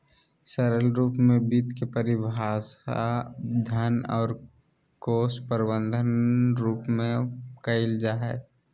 सरल रूप में वित्त के परिभाषा धन और कोश प्रबन्धन रूप में कइल जा हइ